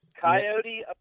Coyote